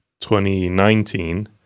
2019